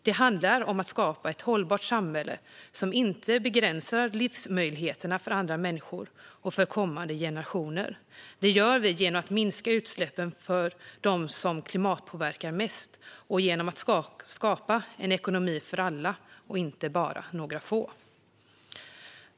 Det handlar om att skapa ett hållbart samhälle som inte begränsar livsmöjligheterna för andra människor och för kommande generationer. Det gör vi genom att minska utsläppen för dem som klimatpåverkar mest och genom att skapa en ekonomi för alla, och inte bara för några få.